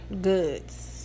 goods